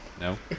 no